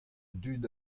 dud